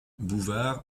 bouvard